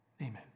Amen